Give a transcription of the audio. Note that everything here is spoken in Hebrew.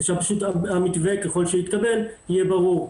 זה שהמתווה ככל שיתקבל יהיה ברור,